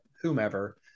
whomever